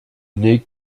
n’es